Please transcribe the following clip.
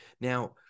Now